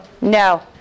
no